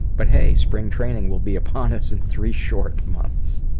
but hey! spring training will be upon us in three short months.